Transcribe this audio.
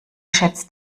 schätzt